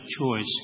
choice